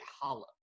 hollow